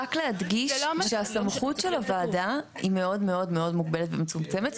רק להדגיש שהסמכות של הוועדה היא מאוד מאוד מאוד מוגבלת ומצומצמת.